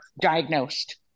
diagnosed